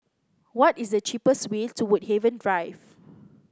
what is the cheapest way to Woodhaven Drive